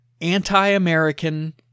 anti-American